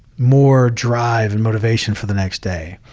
more drive and motivation for the next day.